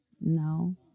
No